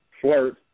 flirt